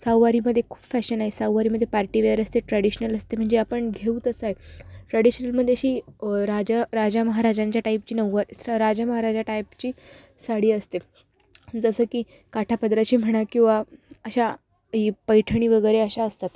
सहावारीमध्ये खूप फॅशन आहे सहावारीमध्ये पार्टी वेअर असते ट्रॅडिशनल असते म्हणजे आपण घेऊ तसं आहे ट्रॅडिशनलमध्ये अशी राजा राजा महाराजांच्या टाईपची नऊवारी सॉ राजा महाराजा टाईपची साडी असते जसं की काठा पदराची म्हणा किंवा अशा पैठणी वगरे अशा असतात